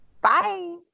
Bye